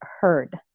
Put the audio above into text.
heard